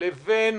לבין